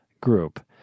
group